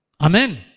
Amen